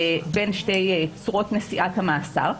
בין שתי צורות נשיאת המאסר,